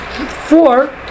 Four